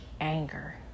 anger